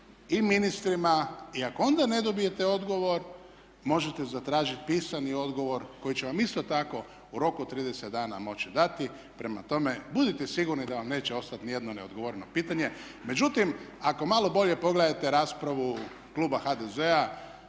i ministrima i ako onda ne dobijete odgovor možete zatražiti pisani odgovor koji će vam isto tako u roku od 30 dana moći dati. Prema tome, budite sigurno da vam neće ostati ni jedno neodgovoreno pitanje. Međutim, ako malo bolje pogledate raspravu kluba HDZ-a